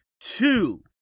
two